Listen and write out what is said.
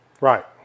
Right